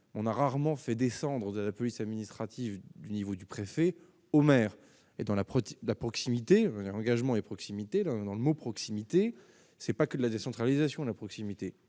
on a rarement fait descendre de la police administrative du niveau du préfet, au maire et dans la protection de la proximité, l'ère engagement et proximité, l'un dans le mot proximité c'est pas que de la décentralisation, la proximité,